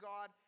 God